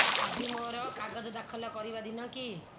ଆଜି ମୋର କାଗଜ ଦାଖଲ କରିବା ଦିନ କି